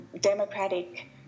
democratic